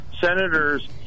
senators